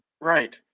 Right